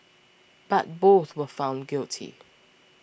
but both were found guilty